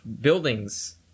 buildings